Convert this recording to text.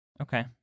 okay